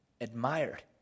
admired